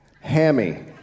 Hammy